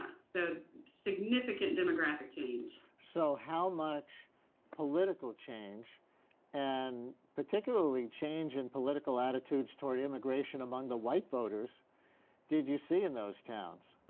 ah so significant demographic change. so how much political change and particularly change this and political attitudes toward immigration among the white voters did you see in those towns?